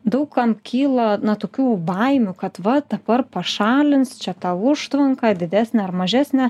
daug kam kyla na tokių baimių kad va dabar pašalins čia tą užtvanką didesnę ar mažesnę